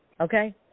Okay